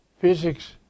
physics